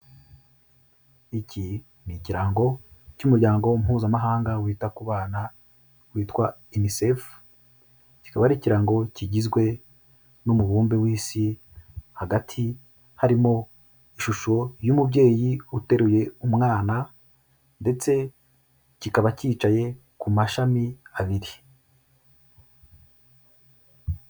Iki ni ikirango cy'umuryango mpuzamahanga wita ku bana witwa Unicef, kikaba ari ikirango kigizwe n'umubumbe w'Isi, hagati harimo ishusho y'umubyeyi uteruye umwana ndetse kikaba cyicaye ku mashami abiri.